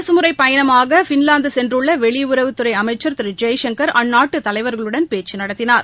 அரசுமுறைப் பயணமாக பின்லாந்து சென்றுள்ள வெளியுறவு அமைச்ச் திரு ஜெய்சங்கா் அந்நாட்டு தலைவர்களுடன் பேச்சு நடத்தினார்